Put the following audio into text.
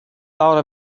thought